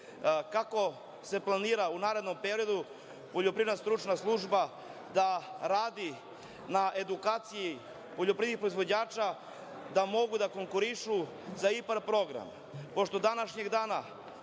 kako planira u narednom periodu Poljoprivredna stručna služba da radi na edukaciji poljoprivrednih proizvođača, da mogu da konkurišu za IPARD program?